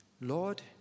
Lord